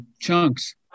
chunks